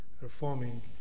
reforming